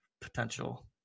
potential